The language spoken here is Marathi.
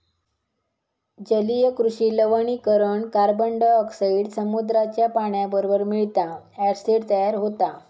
जलीय कृषि लवणीकरण कार्बनडायॉक्साईड समुद्राच्या पाण्याबरोबर मिळता, ॲसिड तयार होता